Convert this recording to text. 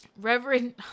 Reverend